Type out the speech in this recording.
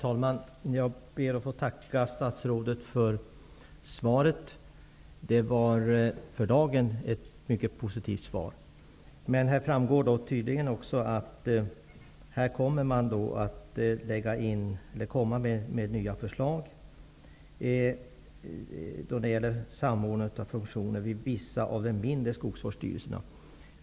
Herr talman! Jag får tacka statsrådet för svaret. Det var för dagen ett mycket positivt svar. Men här framgår också att det skall komma nya förslag när det gäller samordning av funktionerna vid vissa av de mindre skogsvårdsstyrelserna.